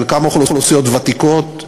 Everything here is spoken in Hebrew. חלקם אוכלוסיות ותיקות,